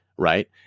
right